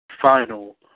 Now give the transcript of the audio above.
final